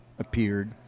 appeared